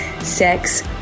sex